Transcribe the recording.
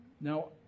now